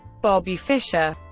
bobby fischer